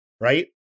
right